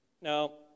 Now